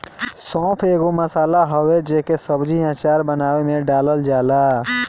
सौंफ एगो मसाला हवे जेके सब्जी, अचार बानवे में डालल जाला